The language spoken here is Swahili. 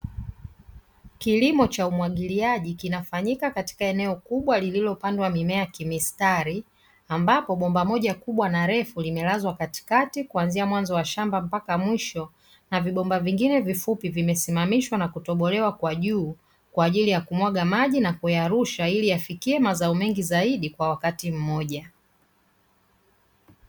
Kilimo cha umwagiliaji kinafanyika katika eneo kubwa lililopandwa mimea kimistari, ambapo bomba moja kubwa na refu limelazwa katikati, kuanzia mwanzo wa shamba mpaka mwisho, na vibomba vingine vifupi vimesimamishwa na kutobolewa kwa juu, kwa ajili ya kumwaga maji na kuyarusha, ili yafikie mazao mengi zaidi kwa wakati mmoja.